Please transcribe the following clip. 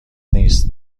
نیست